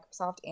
Microsoft